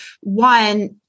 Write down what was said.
one